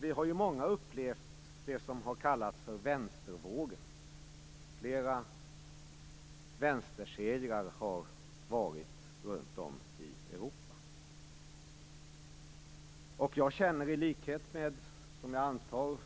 Vi har många upplevt det som har kallats för vänstervågen. Flera vänstersegrar har noterats runt om i Europa. Jag känner i likhet med, som jag antar,